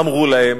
אמרו להם,